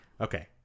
Okay